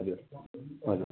हजुर हजुर